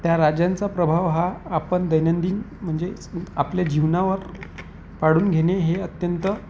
त्या राजांचा प्रभाव हा आपण दैनंदिन म्हणजे आपल्या जीवनावर पाडून घेणे हे अत्यंत